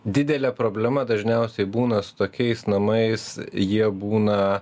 didelė problema dažniausiai būna tokiais namais jie būna